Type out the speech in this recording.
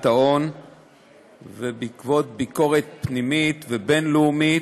ההון ובעקבות ביקורת פנימית ובין-לאומית,